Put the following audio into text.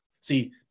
See